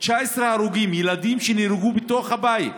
19 הרוגים, ילדים שנהרגו בתוך הבית,